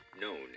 known